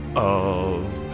of.